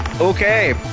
Okay